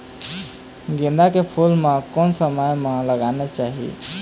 गेंदा के फूल ला कोन समय मा लगाना चाही?